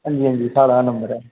हां जी हां जी साढ़ा नंबर ऐ